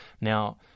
Now